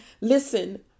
listen